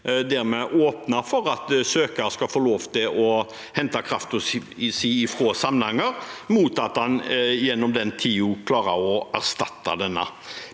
der vi åpner for at søkeren skal få lov til å hente kraften sin fra Samnanger mot at han gjennom den tiden klarer å erstatte denne.